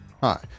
Hi